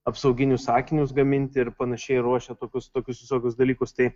apsauginius akinius gaminti ir panašiai ruošia tokius tokius visokius dalykus tai